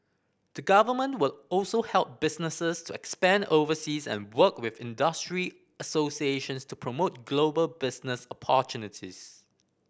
the Government will also help businesses to expand overseas and work with industry associations to promote global business opportunities